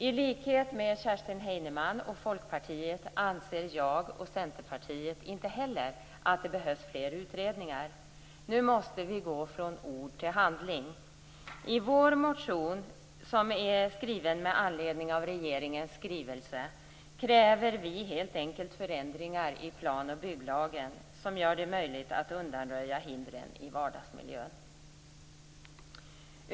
I likhet med Kerstin Heinemann och Folkpartiet anser jag och Centerpartiet inte att det behövs fler utredningar. Nu måste vi gå från ord till handling. I vår motion med anledning av regeringens skrivelse kräver vi helt enkelt förändringar i plan och bygglagen som gör det möjligt att undanröja hindren i vardagsmiljön.